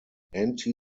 anti